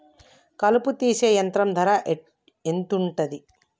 కలుపు తీసే యంత్రం ధర ఎంతుటది?